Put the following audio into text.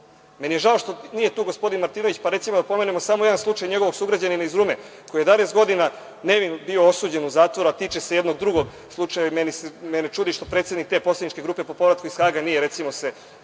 je žao što nije tu gospodin Martinović, pa recimo, da pomenemo samo jedan slučaj njegovog sugrađanina iz Rume, koji je 11 godina nevin bio osuđen u zatvoru, a tiče se jednog drugog slučaja. Mene čudi što predsednik te poslaničke grupe po povratku iz Haga nije, recimo,